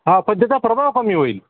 हा पण त्याचा प्रभाव कमी होईल